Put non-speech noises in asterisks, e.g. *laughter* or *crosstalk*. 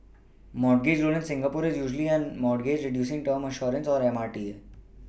mortgage loan in Singapore is usually known as mortgage Reducing term Assurance or M R T A *noise*